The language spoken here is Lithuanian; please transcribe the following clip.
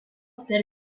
per